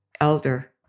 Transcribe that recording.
elder